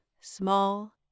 small